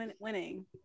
winning